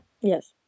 Yes